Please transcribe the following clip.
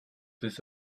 this